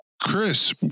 Chris